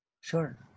sure